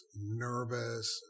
nervous